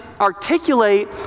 articulate